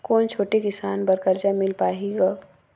कौन छोटे किसान बर कर्जा मिल पाही ग?